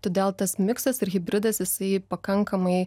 todėl tas miksas ir hibridas jisai pakankamai